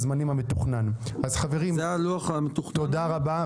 תודה רבה.